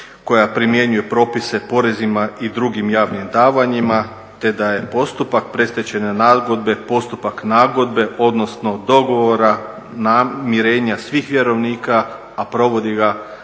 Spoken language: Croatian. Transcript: koja primjenjuju propise porezima i drugim javnim davanjima te da je postupak predstečajne nagodbe postupak nagodbe odnosno dogovora namirenja svih vjerovnika a provodi ga